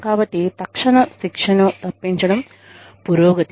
కాబట్టి తక్షణ శిక్షను తప్పించడం పురోగతి